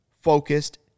focused